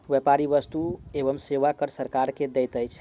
व्यापारी वस्तु एवं सेवा कर सरकार के दैत अछि